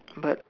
but